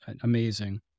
amazing